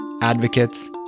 advocates